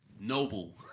noble